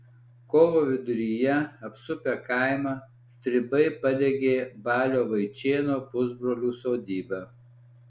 kovo viduryje apsupę kaimą stribai padegė balio vaičėno pusbrolių sodybą